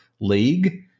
league